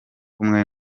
kumwe